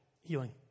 healing